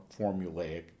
formulaic